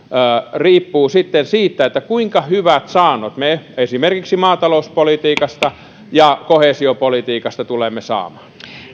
riippuu sitten siitä kuinka hyvät saannot me esimerkiksi maatalouspolitiikasta ja koheesiopolitiikasta tulemme saamaan